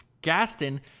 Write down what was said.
Gaston